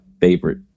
favorite